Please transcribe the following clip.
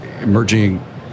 emerging